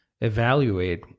evaluate